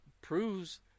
proves